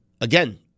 again